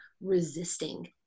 resisting